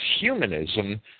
humanism